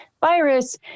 virus